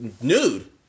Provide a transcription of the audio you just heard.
nude